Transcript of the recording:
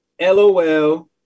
LOL